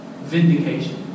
vindication